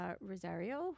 Rosario